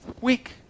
week